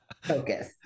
focus